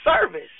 service